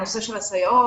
הסייעות